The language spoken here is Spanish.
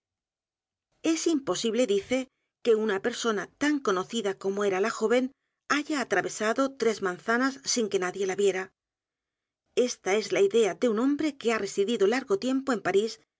s imposible dice que una persona tan conocida como era la joven haya atravesado t r e s manzanas sin que nadie la viera e s t a es la idea de un hombre que h a residido largotiempo en